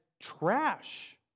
trash